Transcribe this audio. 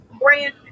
brand